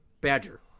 badger